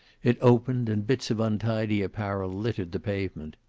it opened and bits of untidy apparel littered the pavement.